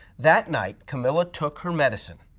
that night camilla took her medicine.